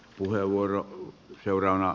arvoisa puhemies